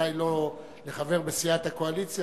בוודאי לא לחבר בסיעת הקואליציה,